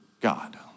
God